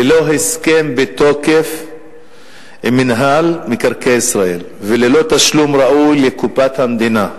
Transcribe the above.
ללא הסכם בתוקף עם מינהל מקרקעי ישראל וללא תשלום ראוי לקופת המדינה,